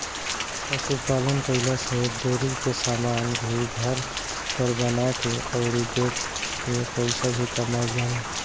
पशु पालन कईला से डेरी के समान भी घर पर बना के अउरी बेच के पईसा भी कमाईल जाला